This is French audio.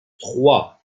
trois